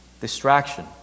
Distraction